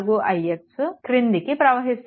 4ix క్రిందికి ప్రవహిస్తున్నాయి